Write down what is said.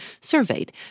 surveyed